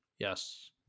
Yes